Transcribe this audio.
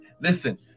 listen